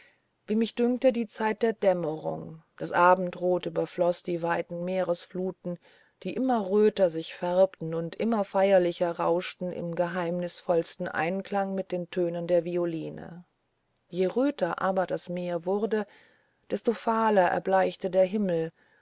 wie mich dünkte die zeit der dämmerung das abendrot überfloß die weiten meeresfluten die immer röter sich färbten und immer feierlicher rauschten im geheimnisvollsten einklang mit den tönen der violine je röter aber das meer wurde desto fahler erbleichte der himmel